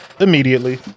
Immediately